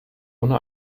ohne